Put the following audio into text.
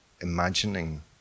imagining